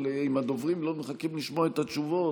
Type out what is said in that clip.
אבל אם הדוברים לא מחכים לשמוע את התשובות,